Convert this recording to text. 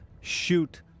shoot